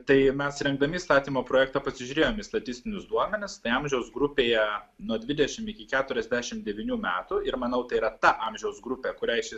tai mes rengdami įstatymo projektą pasižiūrėjome į statistinius duomenis tai amžiaus grupėje nuo dvidešimt iki krturiasdešimt devynių metų ir manau tai yra ta amžiaus grupė kuriai šis